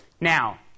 Now